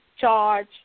charge